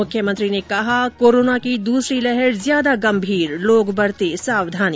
मुख्यमंत्री ने कहा कोरोना की दूसरी लहर ज्यादा गंभीर लोग बरतें सावधानी